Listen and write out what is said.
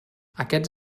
aquests